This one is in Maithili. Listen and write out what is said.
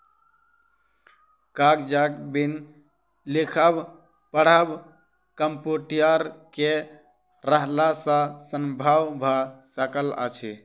कागजक बिन लिखब पढ़ब कम्प्यूटर के रहला सॅ संभव भ सकल अछि